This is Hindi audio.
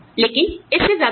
लेकिन इससे ज्यादा नहीं